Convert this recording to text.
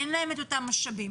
אין להם את אותם משאבים,